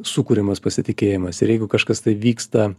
sukuriamas pasitikėjimas ir jeigu kažkas tai vyksta